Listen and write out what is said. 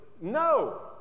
No